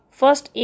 first